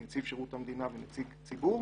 נציב שירות המדינה ונציג ציבור,